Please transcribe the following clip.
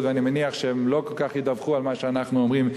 ואני מניח שהם לא כל כך ידווחו על מה שאנחנו אומרים,